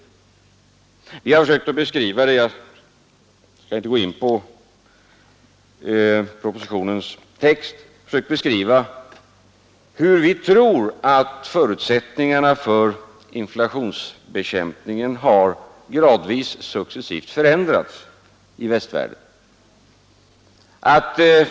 Regeringen har försökt beskriva — jag skall inte gå in på propositionens text — hur vi tror att förutsättningarna för inflationsbekämpningen gradvis och successivt förändrats i västvärlden.